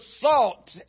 salt